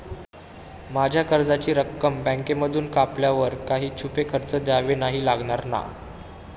माझ्या कर्जाची रक्कम बँकेमधून कापल्यावर काही छुपे खर्च द्यावे नाही लागणार ना?